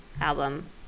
album